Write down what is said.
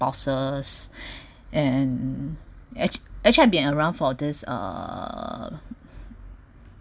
the bosses and act~ actually I've been around for this uh